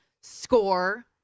score